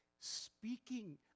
speaking